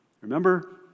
Remember